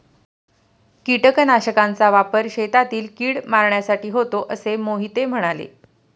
कीटकनाशकांचा वापर शेतातील कीड मारण्यासाठी होतो असे मोहिते म्हणाले